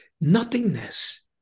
nothingness